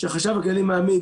החשב הכללי מעמיד,